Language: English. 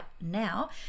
now